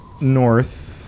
north